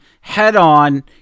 head-on